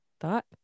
thought